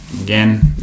again